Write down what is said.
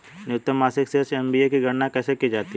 न्यूनतम मासिक शेष एम.ए.बी की गणना कैसे की जाती है?